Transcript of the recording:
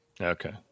Okay